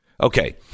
Okay